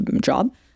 job